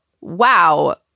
wow